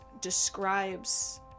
describes